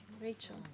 Rachel